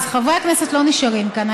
חברי הכנסת לא נשארים כאן.